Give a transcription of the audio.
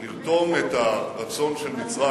חשבתי שיש מקום לרתום את הרצון של מצרים